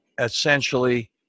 essentially